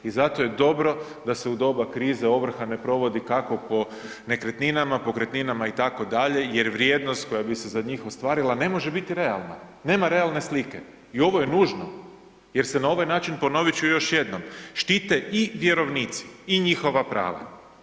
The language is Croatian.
I zato je dobro da se u doba krize ovrha ne provodi kako po nekretninama, pokretninama itd. jer vrijednost koja bi se za njih ostvarila ne može biti realna, nema realne slike i ovo je nužno jer se na ovaj način, ponovit ću još jednom, štite i vjerovnici i njihova prava.